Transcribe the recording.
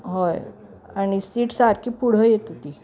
होय आणि सीट सारखी पुढं येत होती